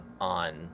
on